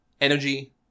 energy